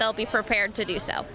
they'll be prepared to do so